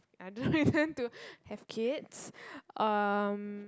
I don't intend to have kids um